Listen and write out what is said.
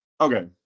okay